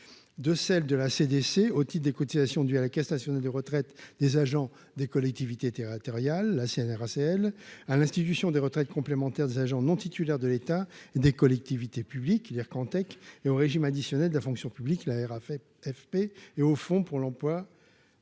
et consignations (CDC) au titre des cotisations dues à la Caisse nationale de retraites des agents des collectivités locales (CNRACL), à l'Institution de retraite complémentaire des agents non titulaires de l'État et des collectivités publiques (Ircantec), au régime additionnel de la fonction publique (RAFP) et au Fonds pour l'emploi